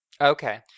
Okay